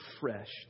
refreshed